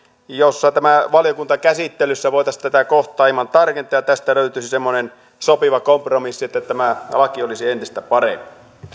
jotta valiokuntakäsittelyssä voitaisiin tätä kohtaa hieman tarkentaa ja tästä löytyisi semmoinen sopiva kompromissi että tämä laki olisi entistä parempi